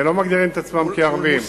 ולא מגדירים את עצמם כערבים.